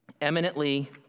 eminently